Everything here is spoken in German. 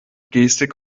gestik